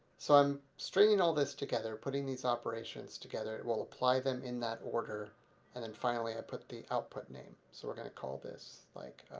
so i'm stringing all of this together putting these operations together will apply them in that order and then finally i put the output name. so we're going to call this like